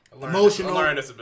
Emotional